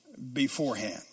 beforehand